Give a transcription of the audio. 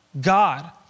God